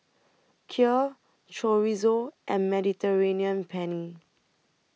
Kheer Chorizo and Mediterranean Penne